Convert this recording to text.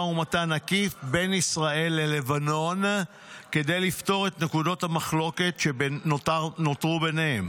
ומתן עקיף בין ישראל ללבנון כדי לפתור את נקודות המחלוקת שנותרו ביניהן